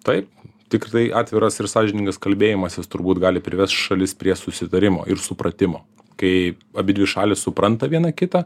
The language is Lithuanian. taip tikrai atviras ir sąžiningas kalbėjimasis turbūt gali privest šalis prie susitarimo ir supratimo kai abidvi šalys supranta viena kitą